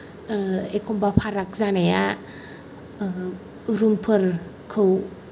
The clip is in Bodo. एखनब्ला फाराग जानाया रुम फोरखौ